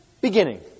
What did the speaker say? beginning